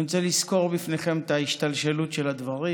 אני רוצה לסקור בפניכם את ההשתלשלות של הדברים